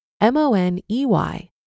M-O-N-E-Y